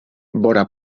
vora